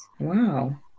wow